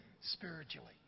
spiritually